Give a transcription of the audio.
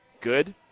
good